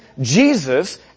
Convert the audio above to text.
Jesus